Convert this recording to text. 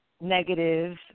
negative